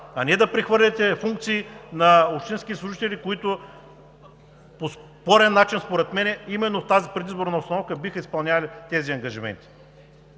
а не да прехвърляте функции на общински служители, които по спорен начин според мен именно в тази предизборна обстановка биха изпълнявали тези ангажименти.